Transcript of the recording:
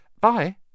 Bye